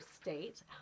state